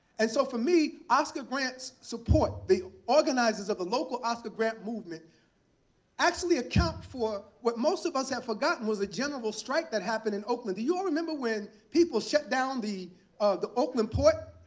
and so for me, oscar grant's support the organizers of the local oscar grant movement actually account for what most of us have forgotten was a general strike that happened in oakland you all remember when people shut down the the oakland port?